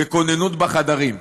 בכוננות בחדרים.